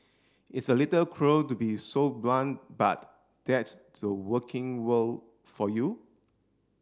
it's a little cruel to be so blunt but that's the working world for you